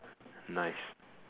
nice